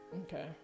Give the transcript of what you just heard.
Okay